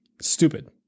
Stupid